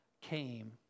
came